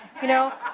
you know?